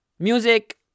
Music